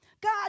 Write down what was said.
God